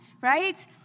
right